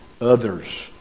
others